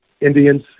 Indians